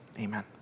amen